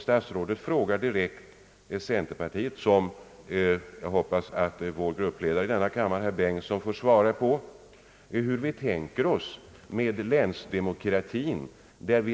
Statsrådet ställer en direkt fråga till centerpartiet om länsdemokratin, och jag hoppas att vår gruppledare i denna kammare, herr Bengtson, svarar på hur vi tänker oss den.